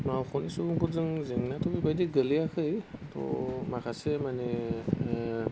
मावख'नि सुबुंफोरजों जेंनायावथ' बेबायदि गोग्लैयाखै त' माखासे माने